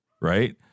right